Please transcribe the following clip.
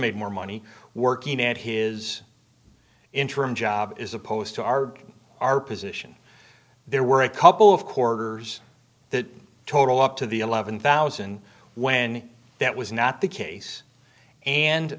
made more money working and his interim job is opposed to our our position there were a couple of quarters that total up to the eleven thousand when that was not the case and